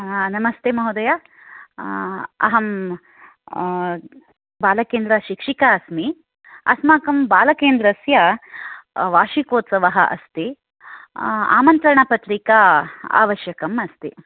नमस्ते महोदय अहं बालकेन्द्रशिक्षिका अस्मि अस्माकं बालकेन्द्रस्य वार्षिकोत्सवः अस्ति आमन्त्रणपत्रिका आवश्यकम् अस्ति